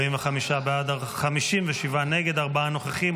45 בעד, 57 נגד, ארבעה נוכחים.